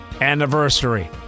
anniversary